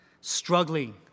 struggling